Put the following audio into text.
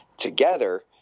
together